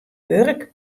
wurk